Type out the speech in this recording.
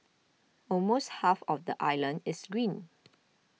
almost half of the island is green